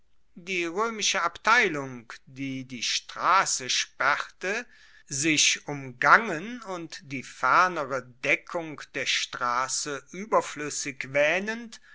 die roemische abteilung die die strasse sperrte sich umgangen und die fernere deckung der strasse